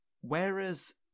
whereas